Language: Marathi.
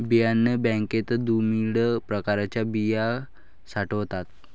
बियाणे बँकेत दुर्मिळ प्रकारच्या बिया साठवतात